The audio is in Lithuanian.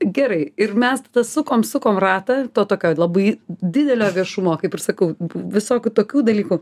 gerai ir mes sukom sukom ratą to tokioj labai didelio viešumo kaip ir sakau visokių tokių dalykų